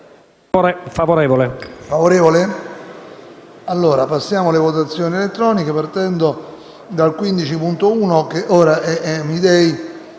favorevole